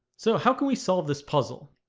so, how can we solve this puzzle